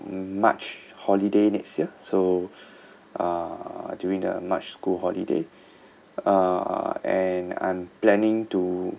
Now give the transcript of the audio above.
march holiday next year so uh during the march school holiday uh and I'm planning to